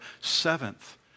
seventh